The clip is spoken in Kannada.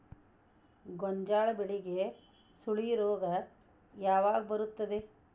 ಗೋಂಜಾಳ ಬೆಳೆಗೆ ಸುಳಿ ರೋಗ ಯಾವಾಗ ಬರುತ್ತದೆ?